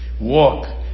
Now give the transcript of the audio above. walk